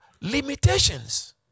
limitations